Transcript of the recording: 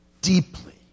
Deeply